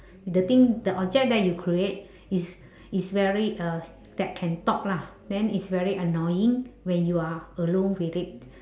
the thing the object that you create is is very uh that can talk lah then it's very annoying when you are alone with it